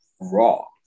raw